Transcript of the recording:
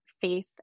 faith